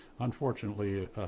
unfortunately